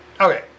okay